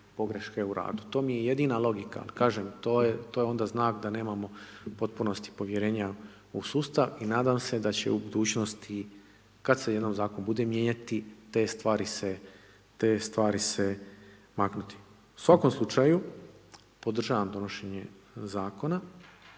pogreške u radu. To mi je jedina logika, kažem to je onda znak da nemamo u potpunosti povjerenja u sustav i nadam se da će u budućnosti kad se jednom zakon bude mijenjati te stvari se, te stvari se maknuti. U svakom slučaju podržavam donošenje zakona,